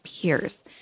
peers